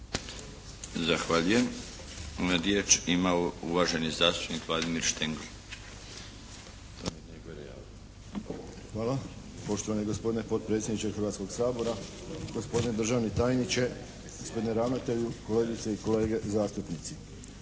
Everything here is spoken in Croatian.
Zahvaljujem. Riječ ima uvaženi zastupnik Vladimir Štengl. **Štengl, Vladimir (HDZ)** Hvala. Poštovani gospodine potpredsjedniče Hrvatskog sabora, gospodine državni tajniče, gospodine ravnatelju, kolegice i kolege zastupnici!